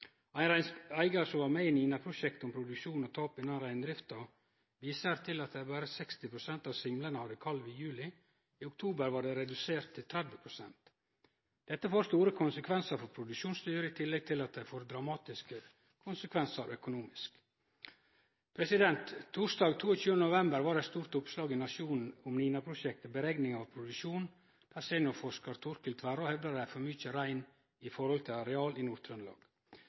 om produksjon og tap innan reindrifta, viser til at berre 60 pst. av simlene hadde kalv i juli. I oktober var det redusert til 30 pst. Dette får store konsekvensar for produksjonsdyr, i tillegg til at det får dramatiske konsekvensar økonomisk. Torsdag 22. november var det eit stort oppslag i Nationen om NINA-prosjektet «Beregning av produksjon» der seniorforskar Torkild Tveraa hevdar det er for mykje rein i forhold til areal i